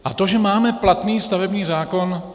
A to, že máme platný stavební zákon...